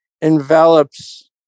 envelops